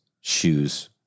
shoes